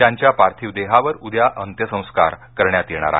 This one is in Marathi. त्यांच्या पार्थिव देहावर उद्या अंत्यसंस्कार करण्यात येणार आहेत